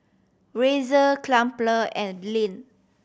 Razer Crumpler and Lindt